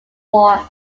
walk